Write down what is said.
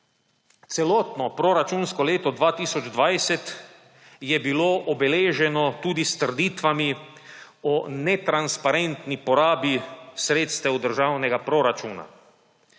Celotno proračunsko leto 2020 je bilo obeleženo tudi s trditvami o netransparentni porabi sredstev državnega proračuna.